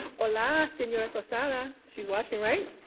hola, senora tosada. she's watching right?